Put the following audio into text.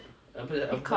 apa dia apasal